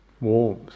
warmth